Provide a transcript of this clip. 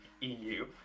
eu